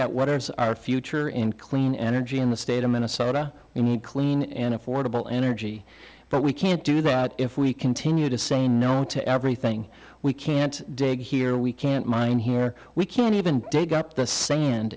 at what are its our future in clean energy in the state of minnesota we need clean and affordable energy but we can't do that if we continue to say no to everything we can't dig here we can't mine here we can't even take up the sand